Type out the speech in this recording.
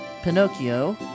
Pinocchio